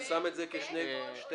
אני שם את זה כשתי גישות.